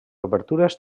obertures